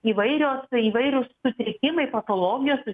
įvairios įvairūs sutrikimai patologijos